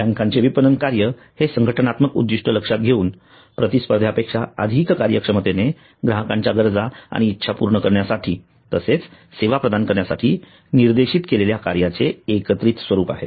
बँकेचे विपणन कार्य हे संघटनात्मक उद्दिष्ट लक्षात घेऊन प्रतिस्पर्ध्यांपेक्षा अधिक कार्यक्षमतेने ग्राहकांच्या गरजा आणि इच्छा पूर्ण करण्यासाठी तसेच सेवा प्रदान करण्यासाठी निर्देशित केलेल्या कार्यांचे एकत्रित स्वरूप आहे